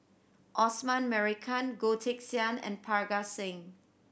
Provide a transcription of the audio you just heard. Osman Merican Goh Teck Sian and Parga Singh